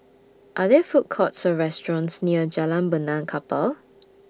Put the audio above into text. Are There Food Courts Or restaurants near Jalan Benaan Kapal